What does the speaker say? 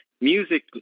music